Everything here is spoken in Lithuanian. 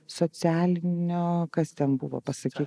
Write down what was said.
socialinio kas ten buvo pasakykit